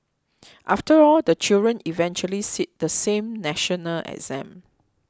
after all the children eventually sit the same national exam